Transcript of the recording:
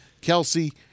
Kelsey